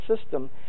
system